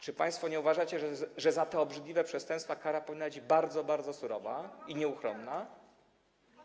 Czy państwo nie uważacie, że za te obrzydliwe przestępstwa kara powinna być bardzo, bardzo surowa i nieuchronna?